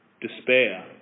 Despair